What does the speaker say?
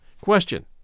Question